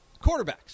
Quarterbacks